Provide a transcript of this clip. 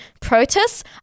protests